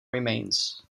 remains